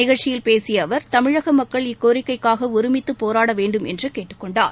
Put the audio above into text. நிகழ்ச்சியில் பேசிய அவர் தமிழக மக்கள் இக்கோரிக்கைக்காக ஒருமித்து போராட வேண்டும் என்று கேட்டுக் கொண்டார்